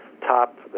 top